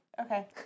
Okay